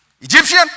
Egyptian